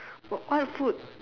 but what food